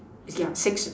okay yeah six